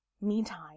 Meantime